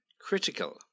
critical